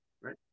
right